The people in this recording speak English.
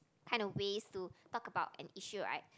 kind of ways to talk about and issue right